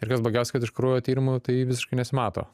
ir kas blogiausia kad iš kraujo tyrimų tai visiškai nesimato